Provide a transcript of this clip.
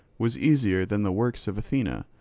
was easier than the works of athena,